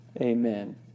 Amen